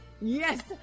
Yes